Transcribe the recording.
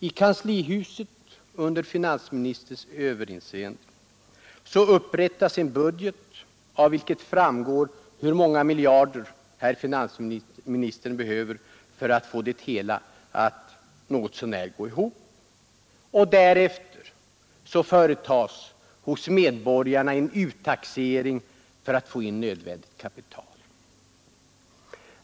I kanslihuset upprättas under finansministerns överinseende en budget, varav framgår hur många miljarder herr finansministern behöver för att få det hela att något så när gå ihop, och därefter företas hos medborgarna en uttaxering för att få in nödvändigt kapital.